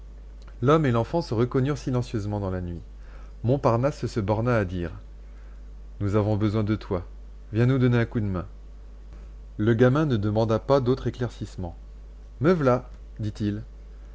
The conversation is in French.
l'homme et l'enfant se reconnurent silencieusement dans la nuit montparnasse se borna à dire nous avons besoin de toi viens nous donner un coup de main le gamin ne demanda pas d'autre éclaircissement me v'là dit-il